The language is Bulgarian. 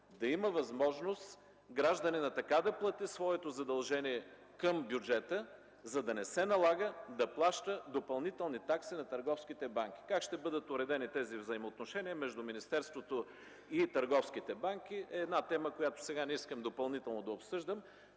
да има възможност така да плати своето задължение към бюджета, за да не се налага да плаща допълнителни такси на търговските банки. Как ще бъдат уредени тези взаимоотношения между министерството и търговските банки е тема, която сега не искам допълнително да обсъждам,